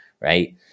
right